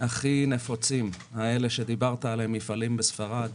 הכי נפוצים עליהם דיברת, כמו המפעלים מספרד,